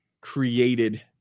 created